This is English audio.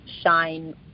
shine